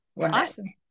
Awesome